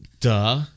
duh